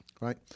right